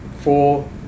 four